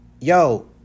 yo